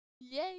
Yay